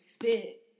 fit